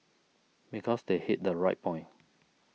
because they hit the right point